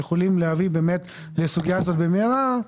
יכולים באמת להביא באמת לסוגייה הזאת במהרה.